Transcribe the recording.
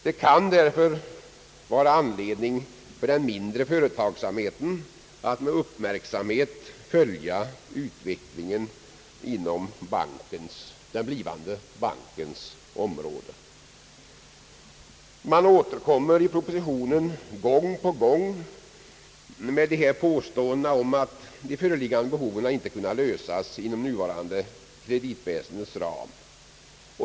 Det kan därför vara anledning för den mindre företagsamheten att med uppmärksamhet följa utvecklingen inom den blivande bankens område. Man återkommer i propositionen gång på gång med påståendena om att de föreliggande behoven inte kan tillgodoses inom det nuvarande kreditväsendets ram.